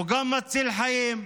הוא גם מציל חיים.